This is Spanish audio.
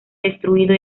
destruido